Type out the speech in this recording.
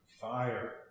fire